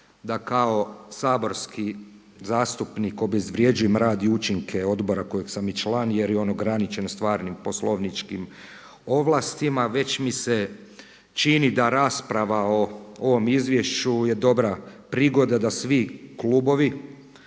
dakao saborski zastupnik obezvrjeđujem rad i učinke odbora kojeg sam i član jer je on ograničen stvarnim poslovničkim ovlastima, već mi se čini da rasprava o ovom izvješću je dobra prigoda da svi klubovi